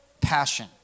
passion